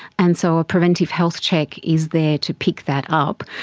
and so a preventive health check is there to pick that up.